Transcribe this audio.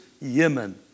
Yemen